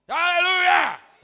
Hallelujah